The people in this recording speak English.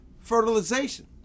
fertilization